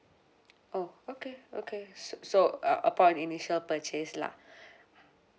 oh okay okay so so uh upon initial purchase lah